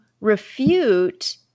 Refute